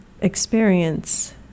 experience